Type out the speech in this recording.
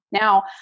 Now